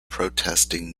protesting